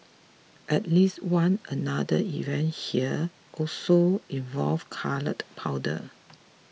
at least one another event here also involved coloured powder